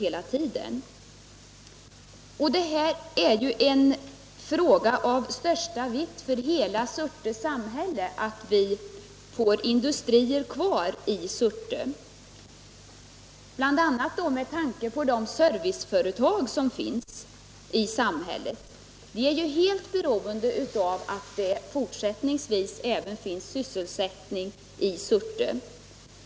Att få ha industrier kvar är en fråga av största vikt för hela Surte samhälle, bl.a. med tanke på de serviceföretag som finns i samhället. De är helt beroende av att det även fortsättningsvis finns annan sysselsättning i Surte.